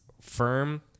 firm